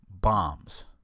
bombs